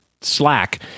slack